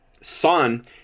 son